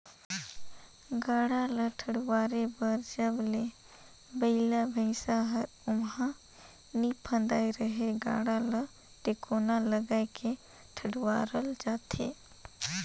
गाड़ा ल ठडुवारे बर जब ले बइला भइसा हर ओमहा नी फदाय रहेए गाड़ा ल टेकोना लगाय के ठडुवारल जाथे